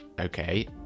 okay